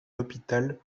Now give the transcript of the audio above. hôpital